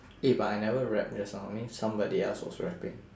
eh but I never rap just now means somebody else was rapping